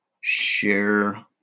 share